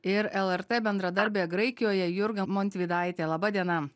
ir lrt bendradarbė graikijoje jurga montvydaitė labadiena